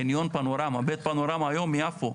חניון פנורמה, בית פנורמה, היום יפו.